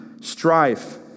strife